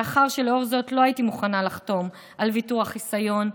מאחר שלאור זאת לא הייתי מוכנה לחתום על ויתור החיסיון,